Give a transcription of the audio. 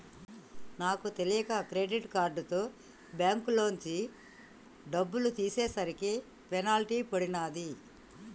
నాకు తెలియక క్రెడిట్ కార్డుతో బ్యేంకులోంచి డబ్బులు తీసేసరికి పెనాల్టీ పడినాది